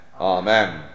Amen